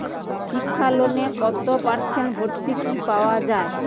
শিক্ষা লোনে কত পার্সেন্ট ভূর্তুকি পাওয়া য়ায়?